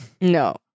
No